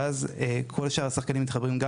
ואז כל שאר השחקנים מתחברים אליה גם,